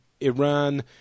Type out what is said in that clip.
Iran